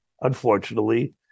unfortunately